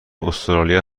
استرالیا